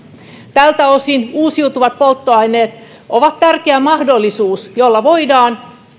tältä osin uusiutuvat polttoaineet ovat tärkeä mahdollisuus jotta voidaan